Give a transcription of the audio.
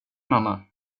mamma